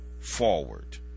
forward